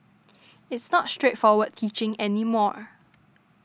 it's not straightforward teaching any more